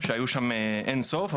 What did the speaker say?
שהיו שם אין סוף.